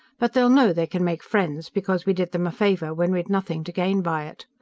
but they'll know they can make friends, because we did them favor when we'd nothing to gain by it.